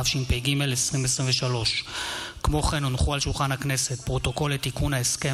התשפ"ג 2023. פרוטוקול לתיקון ההסכם